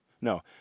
No